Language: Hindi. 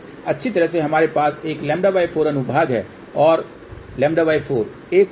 अच्छी तरह से हमारे पास एक λ4 अनुभाग है एक और λ4 एक और λ4